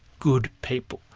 good people,